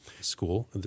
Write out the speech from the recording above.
School